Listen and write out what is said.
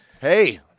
Hey